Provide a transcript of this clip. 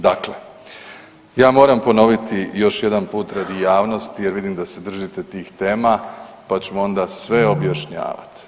Dakle, ja moram ponoviti još jedan put radi javnosti jer vidim da se držite tih tema pa ćemo onda sve objašnjavat.